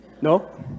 No